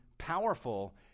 powerful